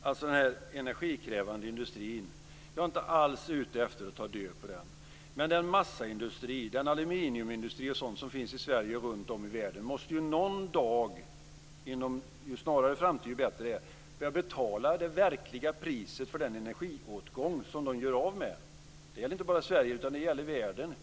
Fru talman! Jag är inte alls ute efter att ta död på den energikrävande industrin. Men den massaindustri, den aluminiumindustri och annat som finns i Sverige och runt om i världen måste ju någon dag - ju förr desto bättre - börja betala det verkliga priset för den energi som de gör av med. Det gäller inte bara Sverige utan det gäller världen.